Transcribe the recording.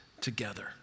together